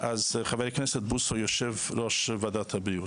אז חבר הכנסת בוסו הוא יושב ראש וועדת הבריאות.